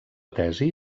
tesi